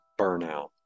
burnout